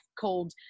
called